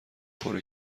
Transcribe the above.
پره